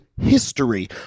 history